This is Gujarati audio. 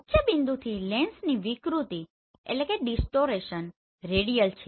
મુખ્યબિંદુથી લેન્સની વિકૃતિ રેડિયલ છે